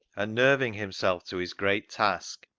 and nerving himself to his great task,